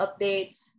updates